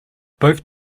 both